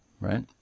right